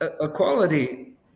Equality